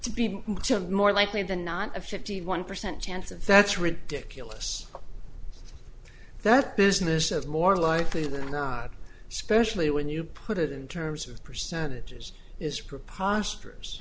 to be more likely than not a fifty one percent chance of that's ridiculous that business of more likely than not especially when you put it in terms of percentages is preposterous